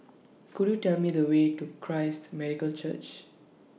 Could YOU Tell Me The Way to Christ Medical Church